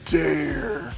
dare